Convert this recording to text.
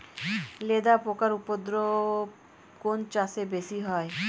লেদা পোকার উপদ্রব কোন চাষে বেশি হয়?